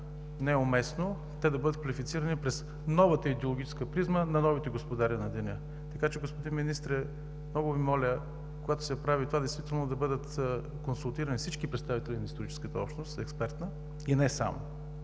неуместно те да бъдат квалифицирани през новата идеологическа призма на новите господари на деня. Така че, господин Министре, много Ви моля, когато се прави това, действително да бъдат консултирани всички представители на историческата общност – експертна, и не само.